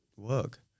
work